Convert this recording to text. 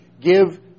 Give